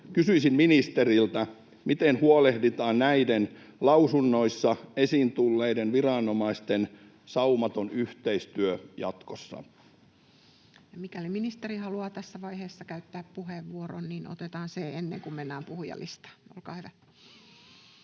Kysyisin ministeriltä: miten huolehditaan näiden lausunnoissa esiin tulleiden viranomaisten saumattomasta yhteistyöstä jatkossa? Mikäli ministeri haluaa tässä vaiheessa käyttää puheenvuoron, niin otetaan se ennen kuin mennään puhujalistaan. — Olkaa hyvä.